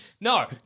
No